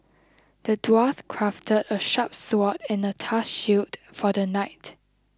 the dwarf crafted a sharp sword and a tough shield for the knight